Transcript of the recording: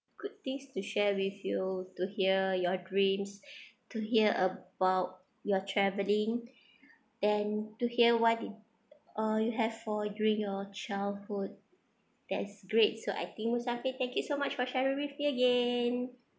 good things to share with you to hear your dreams to hear about your travelling then to hear what did uh you have for during your childhood that's great so I think muhafir thank you so much for sharing me again